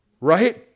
Right